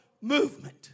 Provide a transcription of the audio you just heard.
movement